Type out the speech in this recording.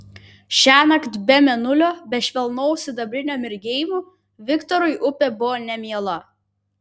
šiąnakt be mėnulio be švelnaus sidabrinio mirgėjimo viktorui upė buvo nemiela